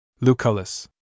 Lucullus